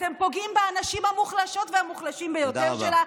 סיימת לדבר.